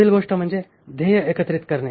पुढील गोष्ट म्हणजे ध्येय एकत्रीत करणे